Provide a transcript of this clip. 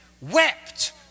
wept